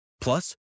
Plus